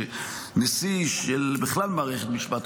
שנשיא של מערכת משפט,